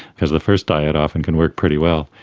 because the first diet often can work pretty well.